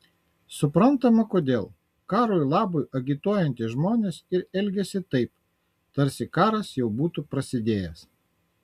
suprantama kodėl karo labui agituojantys žmonės ir elgiasi taip tarsi karas jau būtų prasidėjęs